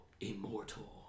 Immortal